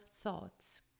thoughts